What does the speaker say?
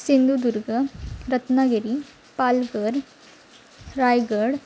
Sindhudurg Ratnagiri Palghar Raigad